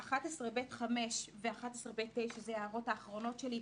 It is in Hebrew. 11(ב)(5) ו-11(ב)(9) אלה ההערות האחרונות שלי,